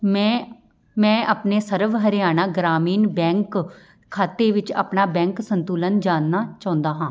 ਮੈਂ ਮੈਂ ਆਪਣੇ ਸਰਵ ਹਰਿਆਣਾ ਗ੍ਰਾਮੀਣ ਬੈਂਕ ਖਾਤੇ ਵਿੱਚ ਆਪਣਾ ਬੈਂਕ ਸੰਤੁਲਨ ਜਾਣਨਾ ਚਾਹੁੰਦਾ ਹਾਂ